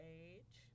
age